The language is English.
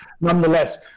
Nonetheless